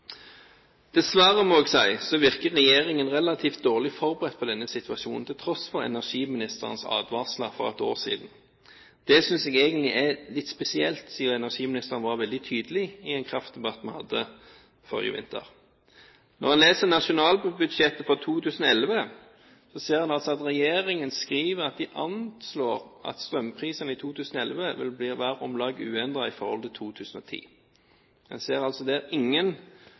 Dessverre, må jeg si, virker regjeringen relativt dårlig forberedt på denne situasjonen til tross for energiministerens advarsler for et år siden. Det synes jeg egentlig er litt spesielt, siden energiministeren var veldig tydelig i en kraftdebatt vi hadde forrige vinter. Når en leser nasjonalbudsjettet for 2011, ser en at regjeringen skriver at den anslår at strømprisene i 2011 vil være om lag uendret i forhold til 2010. En ser altså ingen